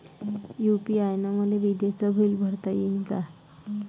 UPI न मले विजेचं बिल भरता यीन का?